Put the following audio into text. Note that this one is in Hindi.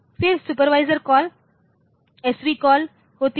फिर सुपरवाइजरी कॉल एसवी कॉल होती है